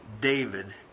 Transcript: David